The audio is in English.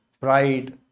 pride